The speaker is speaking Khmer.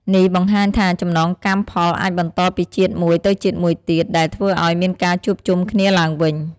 នេះបង្ហាញថាចំណងកម្មផលអាចបន្តពីជាតិមួយទៅជាតិមួយទៀត ដែលធ្វើឱ្យមានការជួបជុំគ្នាឡើងវិញ។